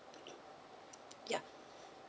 uh uh ya